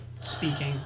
speaking